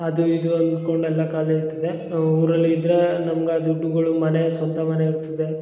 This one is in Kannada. ಅದು ಇದು ಅನ್ಕೊಂಡು ಎಲ್ಲ ಖಾಲಿ ಐತದೆ ಊರಲ್ಲಿದ್ದರೆ ನಮ್ಗೆ ಆ ದುಡ್ಡುಗಳು ಮನೆ ಸ್ವಂತ ಮನೆ ಇರ್ತದೆ